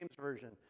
Version